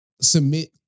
submit